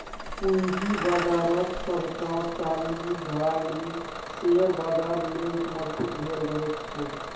पूंजी बाजारक सभटा चालि ढालि शेयर बाजार लेल समर्पित भेल रहैत छै